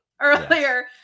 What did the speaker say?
earlier